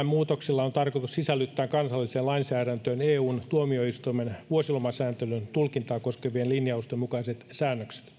muutoksilla on tarkoitus sisällyttää kansalliseen lainsäädäntöön eun tuomioistuimen vuosilomasääntelyn tulkintaa koskevien linjausten mukaiset säännökset lakiehdotus